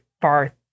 far